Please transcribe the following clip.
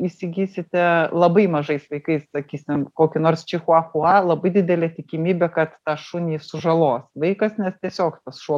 įsigysite labai mažais vaikais sakysim kokį nors čichua chua labai didelė tikimybė kad tą šunį sužalos vaikas nes tiesiog tas šuo